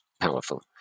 powerful